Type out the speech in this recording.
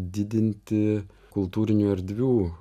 didinti kultūrinių erdvių